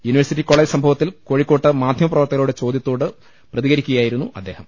university college സംഭവത്തിൽ കോഴിക്കോട് മാധ്യമപ്രവർത്തകരുടെ ചോദൃത്തോട് പ്രതികരിക്കുകയായിരുന്നു അദ്ദേഹം